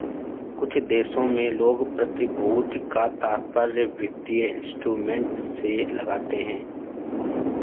कुछ देशों में लोग प्रतिभूति का तात्पर्य वित्तीय इंस्ट्रूमेंट से लगाते हैं